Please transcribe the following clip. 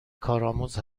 کارآموز